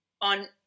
on